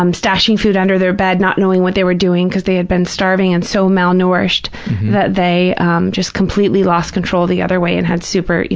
um stashing food under their bed, not knowing what they were doing because they had been starving and so malnourished that they just completely lost control the other way and had super, you